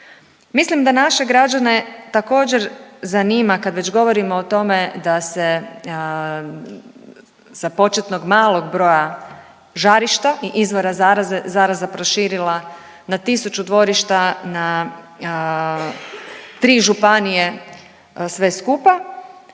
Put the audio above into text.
Mislim da naše građane također zanima kad već govorimo o tome da se sa početnog malog broja žarišta i izvora zaraze zaraza proširila na tisuću dvorišta, na tri županije sve skupa.